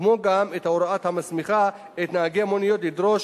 כמו גם את ההוראה המסמיכה את נהגי המוניות לדרוש